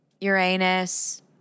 Uranus